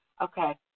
Okay